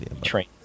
train